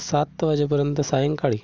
सात वाजेपर्यंत सायंकाळी